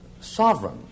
sovereign